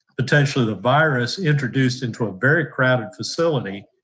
potentially the virus introduced intro very crafts facility.